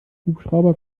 hubschrauber